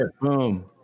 boom